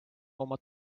oma